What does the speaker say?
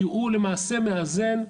כי הוא למעשה מאזן.